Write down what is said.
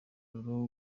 rero